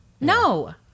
No